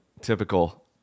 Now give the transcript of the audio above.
typical